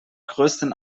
größten